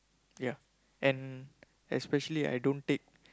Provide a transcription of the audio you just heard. ya and especially I don't take